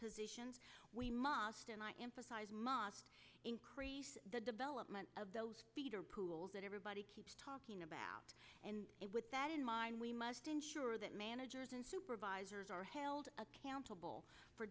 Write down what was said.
positions we must and i emphasize must increase the development of those pools that everybody keeps talking about and with that in mind we must ensure that managers and supervisors are held accountable for